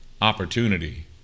opportunity